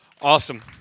awesome